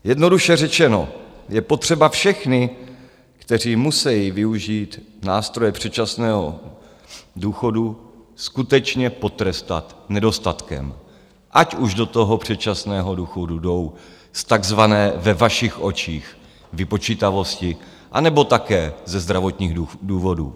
Jednoduše řečeno, je potřeba všechny, kteří musejí využít nástroje předčasného důchodu, skutečně potrestat nedostatkem, ať už do toho předčasného důchodu jdou z takzvané ve vašich očích vypočítavosti, anebo také ze zdravotních důvodů.